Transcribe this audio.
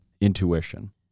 intuition